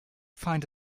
find